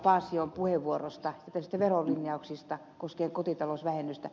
paasion puheenvuorosta näistä verolinjauksista koskien kotitalousvähennystä